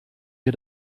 wir